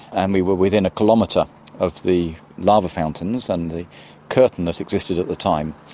and we were within a kilometre of the lava fountains, and the curtain that existed at the time.